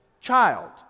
child